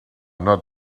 not